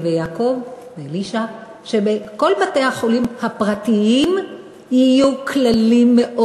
"נווה יעקב" ו"אלישע" שבכל בתי-החולים הפרטיים יהיו כללים מאוד